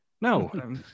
No